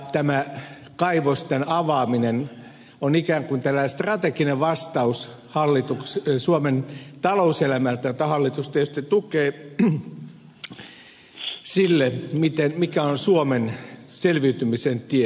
tämä kaivosten avaaminen on ikään kuin tällainen strateginen vastaus suomen talouselämältä jota hallitus tietysti tukee sille mikä on suomen selviytymisen tie